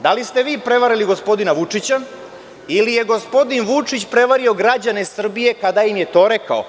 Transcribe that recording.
Da li ste vi prevarili gospodina Vučića ilije gospodin Vučić prevario građane Srbije kada im je to rekao?